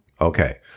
Okay